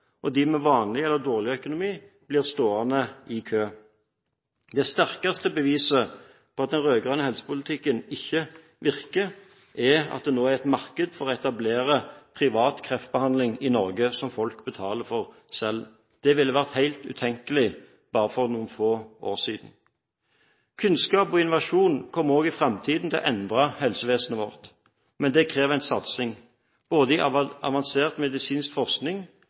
og de med vanlig eller dårlig økonomi, blir stående i kø. Det sterkeste beviset på at den rød-grønne helsepolitikken ikke virker, er at det nå i Norge er et marked for å etablere privat kreftbehandling som folk betaler for selv. Det ville vært helt utenkelig bare for noen få år siden. Kunnskap og innovasjon kommer også i framtiden til å endre helsevesenet vårt. Men det krever en satsing, både på avansert medisinsk forskning,